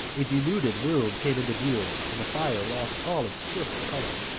a denuded room came into view and the fire lost all its cheerful colour.